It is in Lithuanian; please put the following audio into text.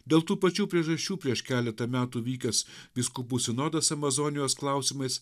dėl tų pačių priežasčių prieš keletą metų vykęs vyskupų sinodas amazonijos klausimais